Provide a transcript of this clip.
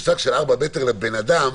המושג של 4 מטר לבן אדם